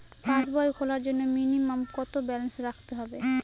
পাসবই খোলার জন্য মিনিমাম কত ব্যালেন্স রাখতে হবে?